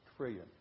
trillion